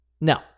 No